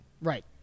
right